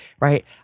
right